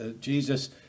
Jesus